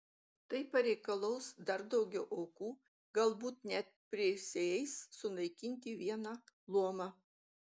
tai pareikalaus dar daugiau aukų galbūt net prisieis sunaikinti vieną luomą